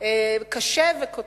קשה והוא כותב.